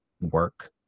work